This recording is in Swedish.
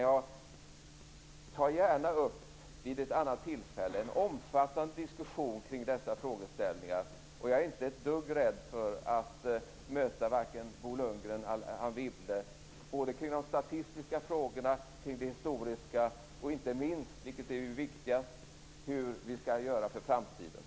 Jag tar gärna upp, vid ett annat tillfälle, en omfattande diskussion kring dessa frågeställningar. Jag är inte ett dugg rädd för att möta varken Bo Lundgren eller Anne Wibble kring de statistiska frågorna, kring det historiska och inte minst, vilket är viktigast, kring hur vi skall göra för framtiden.